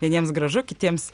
vieniems gražu kitiems